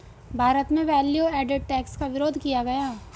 भारत में value added tax का विरोध किया गया